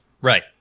Right